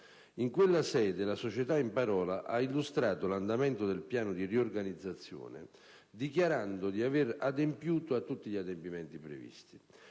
In quella sede, la società in parola ha illustrato l'andamento del piano di riorganizzazione dichiarando di aver adempiuto a tutti gli impegni previsti.